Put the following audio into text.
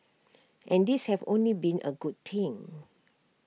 and these have only been A good thing